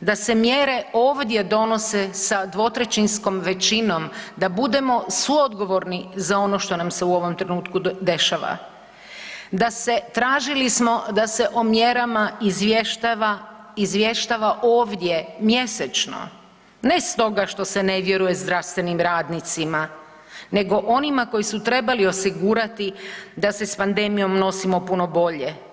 da se mjere ovdje donose sa dvotrećinskom većinom, da budemo suodgovorni za ono što nam se u ovom trenutku dešava, da se, tražili smo da se o mjerama izvještava, izvještava ovdje mjesečno, ne stoga što se ne vjeruje zdravstvenim radnicima, nego onima koji su trebali osigurati da se s pandemijom nosimo puno bolje.